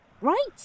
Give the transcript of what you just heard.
Right